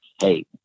hey